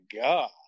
God